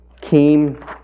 came